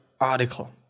article